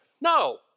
no